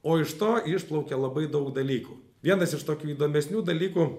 o iš to išplaukia labai daug dalykų vienas iš tokių įdomesnių dalykų